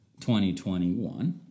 2021